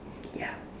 ya